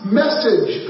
message